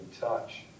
touch